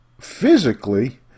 physically